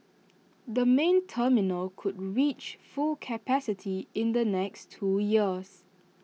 the main terminal could reach full capacity in the next two years